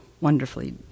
wonderfully